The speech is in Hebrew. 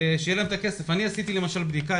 אני למשל אתמול עשיתי בדיקה.